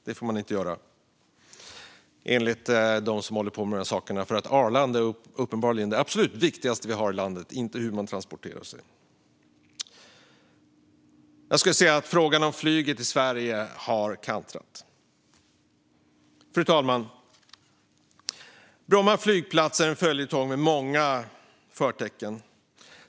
Det får man inte göra enligt dem som håller på med dessa saker. Arlanda är uppenbarligen det absolut viktigaste vi har i landet, inte hur man transporterar sig. Frågan om flyget i Sverige har kantrat. Fru talman! Bromma flygplats är en följetong med många förtecken.